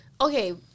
Okay